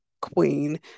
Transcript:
queen